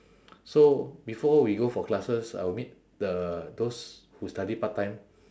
so before we go for classes I will meet the those who study part-time